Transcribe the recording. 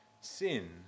sin